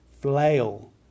Flail